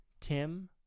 Tim